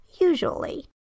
usually